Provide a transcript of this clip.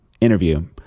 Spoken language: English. interview